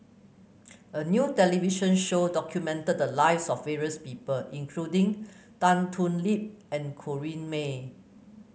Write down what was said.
a new television show documented the lives of various people including Tan Thoon Lip and Corrinne May